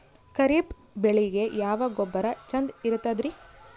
ಖರೀಪ್ ಬೇಳಿಗೆ ಯಾವ ಗೊಬ್ಬರ ಚಂದ್ ಇರತದ್ರಿ?